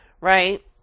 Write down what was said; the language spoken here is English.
right